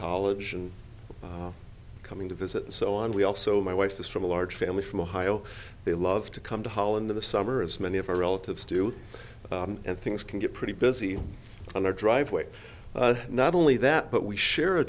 college and coming to visit so on we also my wife is from a large family from ohio they love to come to holland in the summer as many of our relatives do and things can get pretty busy on our driveway not only that but we share a